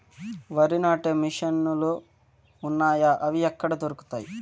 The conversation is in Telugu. వరి నాటే మిషన్ ను లు వున్నాయా? అవి ఎక్కడ దొరుకుతాయి?